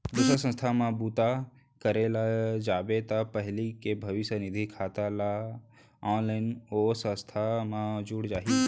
दूसर संस्था म बूता करे ल जाबे त पहिली के भविस्य निधि खाता ह ऑनलाइन ओ संस्था म जुड़ जाही